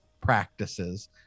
practices